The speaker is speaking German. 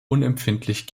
unempfindlich